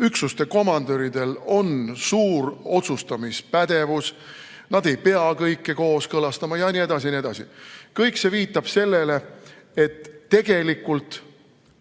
Üksuste komandöridel on suur otsustamispädevus, nad ei pea kõike kooskõlastama jne, jne. Kõik see viitab sellele, et tegelikult